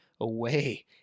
away